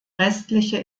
restliche